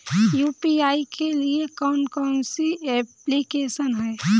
UPI के लिए कौन कौन सी एप्लिकेशन हैं?